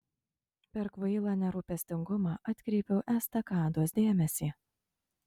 per kvailą nerūpestingumą atkreipiau estakados dėmesį